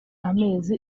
amezi